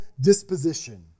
disposition